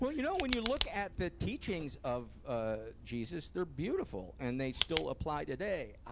but you know, when you look at the teachings of, ah, jesus, they're beautiful. and they still apply today.